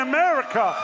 America